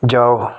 ਜਾਓ